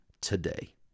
today